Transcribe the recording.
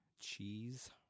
cheese